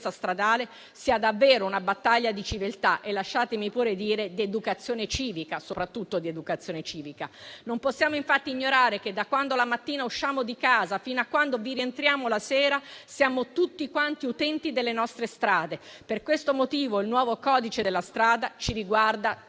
stradale sia davvero una battaglia di civiltà e - lasciatemi pure dire - di educazione civica, soprattutto di educazione civica. Non possiamo infatti ignorare che, da quando la mattina usciamo di casa fino a quando vi rientriamo la sera, siamo tutti utenti delle nostre strade. Per questo motivo il nuovo codice della strada ci riguarda